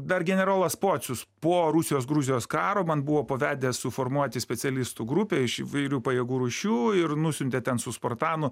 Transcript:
dar generolas pocius po rusijos gruzijos karo man buvo pavedęs suformuoti specialistų grupę iš įvairių pajėgų rūšių ir nusiuntė ten su spartanu